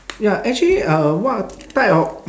ya actually uh what type of